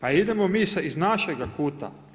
A idemo mi iz našega kuta.